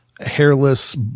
hairless